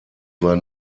war